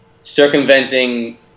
circumventing